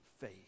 faith